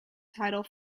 title